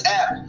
app